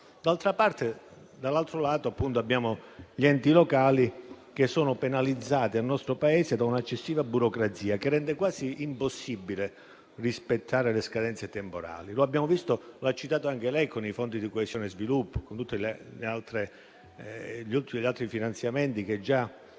molto ammirato. Dall'altro lato, abbiamo gli enti locali, che sono penalizzati nel nostro Paese da un eccessiva burocrazia, che rende quasi impossibile rispettare le scadenze temporali. Lo ha detto anche lei: già con i fondi di coesione e sviluppo e con tutti gli altri finanziamenti che non